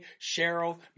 Cheryl